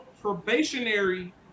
probationary